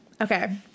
Okay